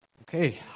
okay